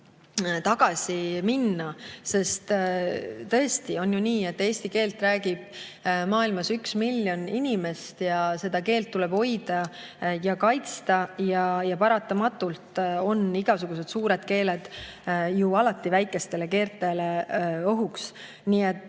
tagasi minna. Sest tõesti on ju nii, et eesti keelt räägib maailmas üks miljon inimest ja seda keelt tuleb hoida ja kaitsta. Paratamatult on igasugused suured keeled ju alati väikestele keeltele ohuks. Nii et